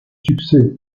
succès